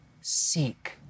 seek